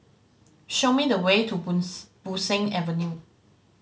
show me the way to Bo Seng Avenue